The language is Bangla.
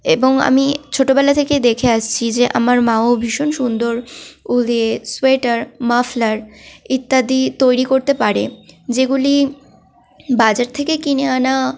এবং আমি ছোটবেলা থেকেই দেখে আসছি যে আমার মাও ভীষণ সুন্দর উল দিয়ে সোয়েটার মাফলার ইত্যাদি তৈরি করতে পারে যেগুলি বাজার থেকে কিনে আনা